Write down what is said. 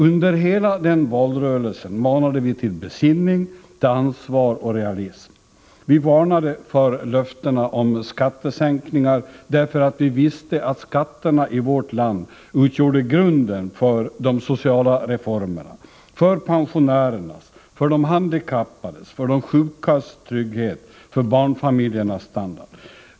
Under hela 1976 års valrörelse manade vi till besinning, ansvar och realism. Vi varnade för löften om skattesänkningar, därför att vi visste att skatterna i vårt land utgjorde grunden för de sociala reformerna, för pensionärernas, de handikappades och de sjukas trygghet samt för barnfamiljernas standard.